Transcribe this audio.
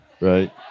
Right